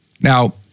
Now